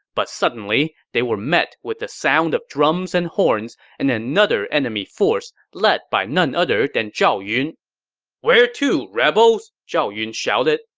but suddenly, they were met with the sound of drums and horns and another enemy force, led by none other than zhao yun where to, rebels! zhao yun shouted.